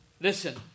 Listen